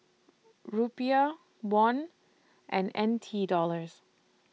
Rupiah Won and N T Dollars